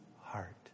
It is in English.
heart